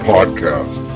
Podcast